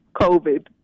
COVID